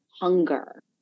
hunger